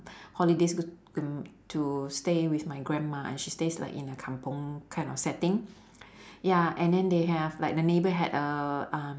holidays go mm to stay with my grandma and she stays like in a kampung kind of setting ya and then they have like the neighbour had a um